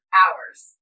hours